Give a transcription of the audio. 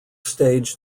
stage